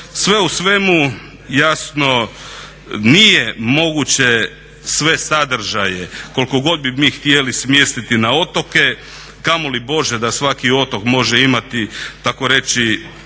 Sve u svemu, jasno, nije moguće sve sadržaje koliko god bi mi htjeli smjestiti na otoke, kamoli Bože da svaki otok može imati takoreći